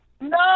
No